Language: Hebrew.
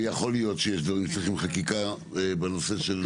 ויכול להיות שיש דברים שצריכים חקיקה בנושא של